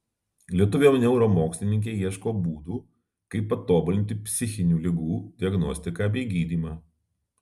lietuvė neuromokslininkė ieško būdų kaip patobulinti psichinių ligų diagnostiką bei gydymą